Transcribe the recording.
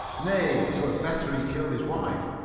nay, twere better he killed his wife,